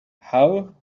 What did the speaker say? how